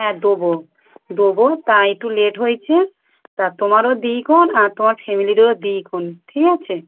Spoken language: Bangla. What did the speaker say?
হ্যাঁ দেবো দেবো তা একটু লেট হয়েছে তা তোমারও দিই খন আর তোমার ফ্যামিলিরও দিই খন ঠিক আছে